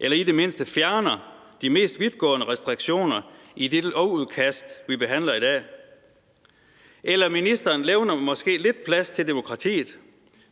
fjerner i det mindste de mest vidtgående restriktioner i det lovudkast, vi behandler i dag, eller ministeren levner måske lidt plads til demokratiet,